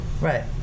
right